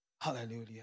Hallelujah